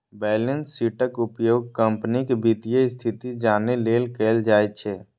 balance शीटक उपयोग कंपनीक वित्तीय स्थिति जानै लेल कैल जाइ छै